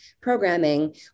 programming